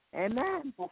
Amen